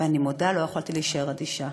ואני מודה: לא יכולתי להישאר אדישה.